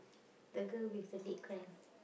the girl with the leg cramp